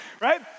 right